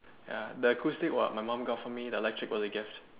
ya the acoustic what my mum bought for me the electric was a gift